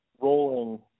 rolling